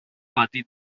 pati